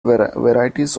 varieties